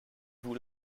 vous